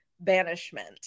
banishment